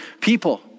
people